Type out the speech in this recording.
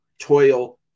toil